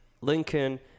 Lincoln